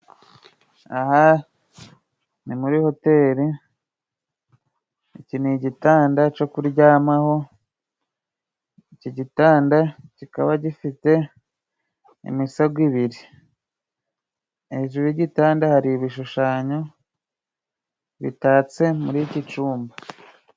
Aha ni muri hoteri iki nigitanda cyo kuryamaho. Iki gitanda kikaba gifite imisego ibiri. Hejuru y' igitanda hari ibishushanyo bitatse muri iki cyumba.